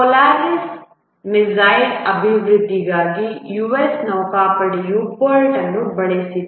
Polaris missile ಅಭಿವೃದ್ಧಿಗಾಗಿ US ನೌಕಾಪಡೆಯು PERT ಅನ್ನು ಬಳಸಿತು